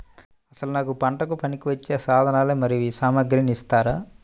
అసలు నాకు పంటకు పనికివచ్చే సాధనాలు మరియు సామగ్రిని ఇస్తారా?